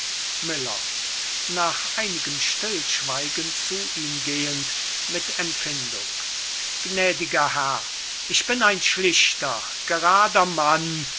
miller nach einigem stillschweigen zu ihm gehend mit empfindung gnädiger herr ich bin ein schlichter gerader mann